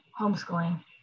homeschooling